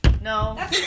No